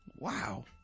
Wow